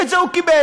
ואת זה הוא קיבל.